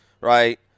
right